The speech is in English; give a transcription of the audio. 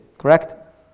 Correct